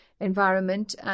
environment